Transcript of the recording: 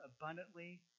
abundantly